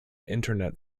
internet